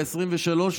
בעשרים-ושלוש,